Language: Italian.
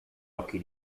occhi